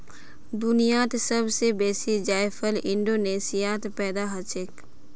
दुनियात सब स बेसी जायफल इंडोनेशियात पैदा हछेक